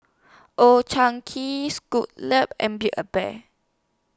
Old Chang Kee and Build A Bear